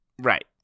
right